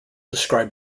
describe